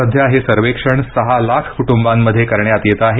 सध्या हे सर्वेक्षण सहा लाख कुटुंबांमध्ये करण्यात येत आहे